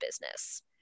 business